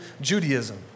Judaism